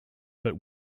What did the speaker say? but